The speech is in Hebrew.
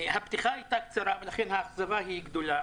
הפתיחה הייתה קצרה, לכן האכזבה גדולה.